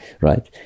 right